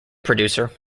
producer